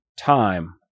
time